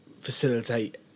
facilitate